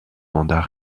mandat